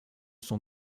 son